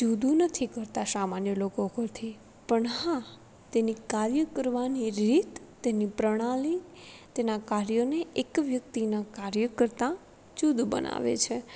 જૂદું નથી કરતાં સામાન્ય લોકો કરતે પણ હા તેની કાર્ય કરવાની રીત તેની પ્રણાલી તેનાં કાર્યને એક વ્યક્તિનાં કાર્ય કરતાં જૂદું બનાવે છે